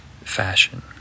fashion